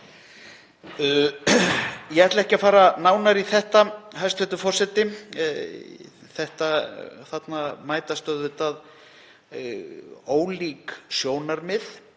Ég ætla ekki að fara nánar út í þetta, hæstv. forseti. Þarna mætast auðvitað ólík sjónarmið.